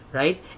right